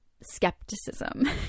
skepticism